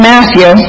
Matthew